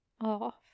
off